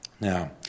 Now